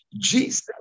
Jesus